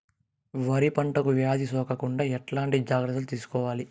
వరి పంటకు వ్యాధి సోకకుండా ఎట్లాంటి జాగ్రత్తలు తీసుకోవాలి?